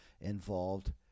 involved